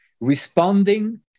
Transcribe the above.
responding